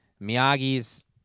Miyagi's